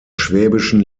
schwäbischen